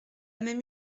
même